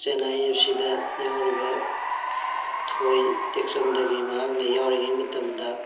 Chennai F ꯁꯤꯗ ꯌꯥꯎꯔꯤꯕ ꯊꯣꯏ ꯇꯦꯛꯆꯝꯗꯒꯤ ꯃꯍꯥꯛꯅ ꯌꯥꯎꯔꯤꯉꯩ ꯃꯇꯝꯗ